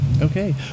Okay